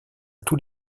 tous